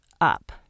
up